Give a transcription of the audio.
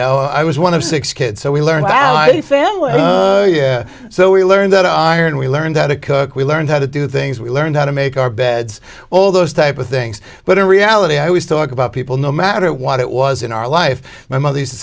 know i was one of six kids so we learned about my family so we learned that iron we learned how to cook we learned how to do things we learned how to make our beds all those type of things but in reality i always talk about people no matter what it was in our life my mother used to